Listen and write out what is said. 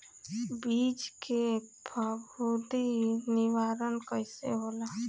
बीज के फफूंदी निवारण कईसे होला?